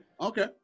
okay